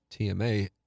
TMA